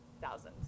thousands